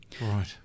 Right